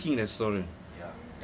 at a burger king restaurant